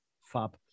Fab